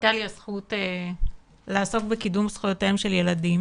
הייתה לי הזכות לעסוק בקידום זכויותיהם של ילדים